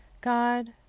God